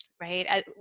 right